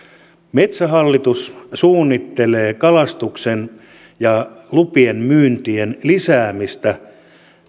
metsähallitus suunnittelee kalastuksen ja lupien myyntien lisäämistä